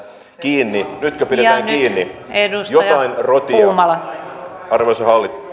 kiinni nytkö pidetään kiinni jotain rotia arvoisa hallitus